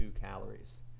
calories